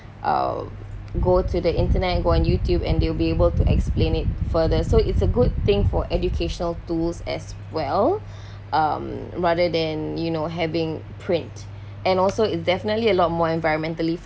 I'll go to the internet and go on youtube and they'll be able to explain it further so it's a good thing for educational tools as well um rather than you know having print and also it's definitely a lot more environmentally